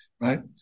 Right